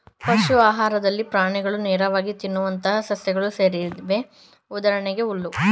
ಪಶು ಆಹಾರದಲ್ಲಿ ಪ್ರಾಣಿಗಳು ನೇರವಾಗಿ ತಿನ್ನುವಂತಹ ಸಸ್ಯಗಳು ಸೇರಿವೆ ಉದಾಹರಣೆಗೆ ಹುಲ್ಲು